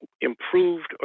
improved